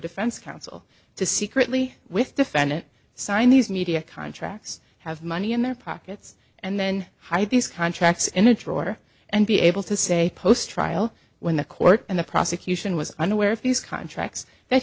defense counsel to secretly with defendant sign these media contracts have money in their pockets and then hide these contracts in a drawer and be able to say post trial when the court and the prosecution was unaware of these contracts that